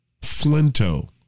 Flinto